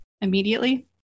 immediately